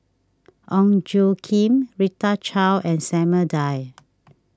Ong Tjoe Kim Rita Chao and Samuel Dyer